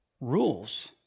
rules